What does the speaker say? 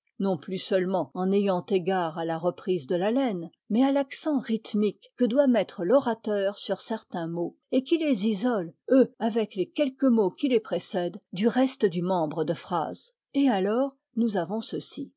non plus seulement en ayant égard à la reprise de l'haleine mais à l'accent rythmique que doit mettre l'orateur sur certains mots et qui les isole eux avec les quelques mots qui les précèdent du reste du membre de phrase et alors nous avons ceci